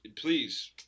please